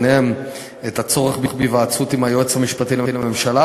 ובהן הצורך בהיוועצות עם היועץ המשפטי לממשלה,